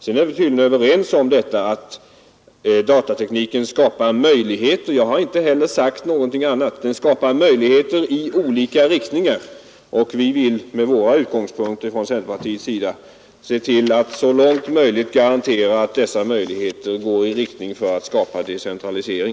Sedan är vi tydligen överens om att datatekniken skapar möjligheter — jag har inte heller sagt något annat — i olika riktningar. I centerpartiet vill vi, med våra utgångspunkter, att man söker garantera att dessa möjligheter inriktas på att skapa decentralisering.